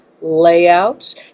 layouts